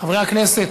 חברי הכנסת,